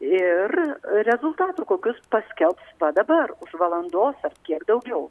ir rezultatų kokius paskelbs va dabar už valandos ar kiek daugiau